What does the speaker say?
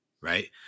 right